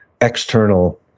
external